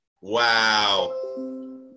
Wow